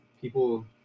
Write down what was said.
people